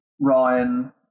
Ryan